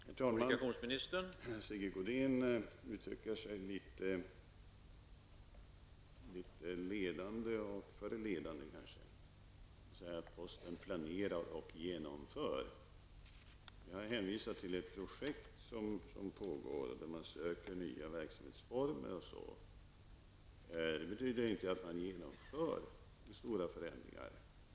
Herr talman! Sigge Godin uttrycker sig litet ledande och förledande. Han säger att ''posten planerar och genomför''. Jag hänvisar till ett projekt som pågår och där man söker nya verksamhetsformer. Det betyder inte att man genomför stora förändringar.